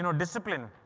you know discipline.